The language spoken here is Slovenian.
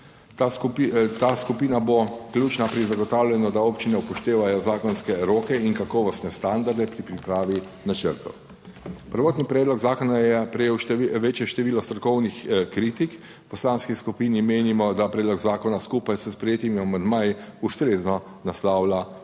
Ta skupina bo ključna pri zagotavljanju, da občine upoštevajo zakonske roke in kakovostne standarde pri pripravi načrtov. Prvotni predlog zakona je prejel večje število strokovnih kritik. V poslanski skupini menimo, da predlog zakona skupaj s sprejetimi amandmaji ustrezno naslavlja večina